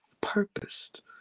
purposed